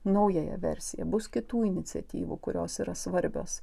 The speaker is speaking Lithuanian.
naująją versiją bus kitų iniciatyvų kurios yra svarbios